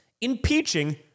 impeaching